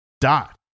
dot